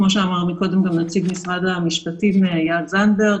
כמו שאמר קודם גם נציג משרד המשפטים איל זנדברג.